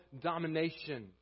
domination